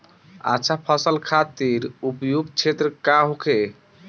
अच्छा फसल खातिर उपयुक्त क्षेत्र का होखे?